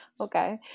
Okay